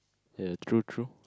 ya true true